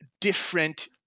different